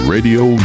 Radio